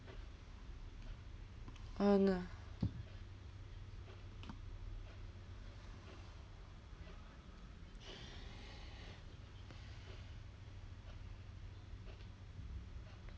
on ah